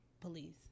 police